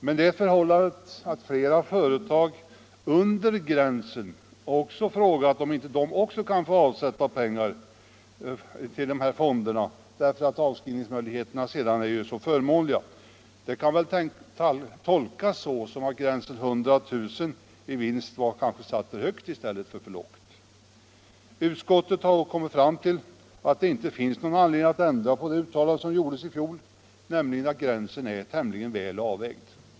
Men det förhållandet att flera företag under gränsen frågat om inte de också kan få avsätta pengar till de här fonderna, eftersom avskrivningsmöjligheterna sedan är så förmånliga, kan väl tolkas som att gränsen 100 000 kr. i vinst kanske var satt för högt i stället för för lågt. Utskottet har dock kommit fram till att det inte finns någon anledning att ändra på det uttalande som gjordes i fjol, nämligen att gränsen är tämligen väl avvägd.